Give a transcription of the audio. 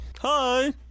Hi